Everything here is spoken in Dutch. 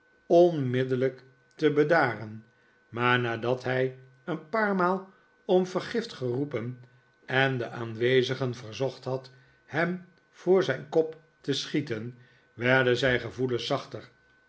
onmiddellijk te bedaren maar nadat hij een paar maal om vergift geroepen en de aanwezigen verzocht had hem voor zijn kop te schieten werden zijn gevoelens zachter